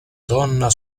donna